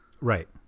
Right